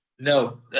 No